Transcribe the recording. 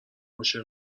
عاشق